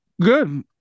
Good